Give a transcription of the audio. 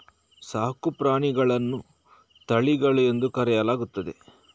ಸಾಕು ಪ್ರಾಣಿಗಳನ್ನು ತಳಿಗಳು ಎಂದು ಕರೆಯಲಾಗುತ್ತದೆ